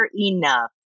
enough